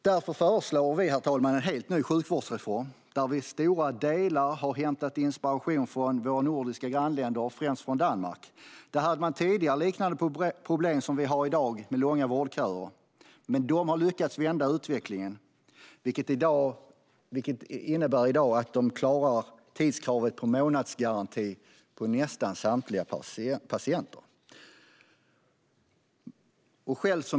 Därför föreslår vi, herr talman, en helt ny sjukvårdsreform, där vi i stora delar har hämtat inspiration från våra nordiska grannländer, främst från Danmark. Där hade man tidigare liknande problem som vi har i dag med långa vårdköer, men de har lyckats vända utvecklingen, vilket innebär att de i dag klarar tidskravet och månadsgarantin för nästan samtliga patienter.